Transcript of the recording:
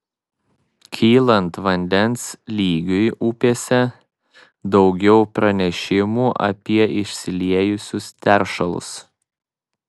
kylant vandens lygiui upėse daugiau pranešimų apie išsiliejusius teršalus